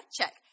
check